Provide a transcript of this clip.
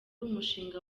umushinga